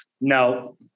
No